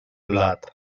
blat